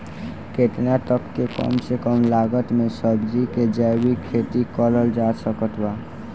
केतना तक के कम से कम लागत मे सब्जी के जैविक खेती करल जा सकत बा?